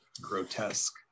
grotesque